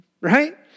right